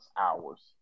hours